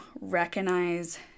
recognize